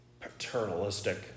Paternalistic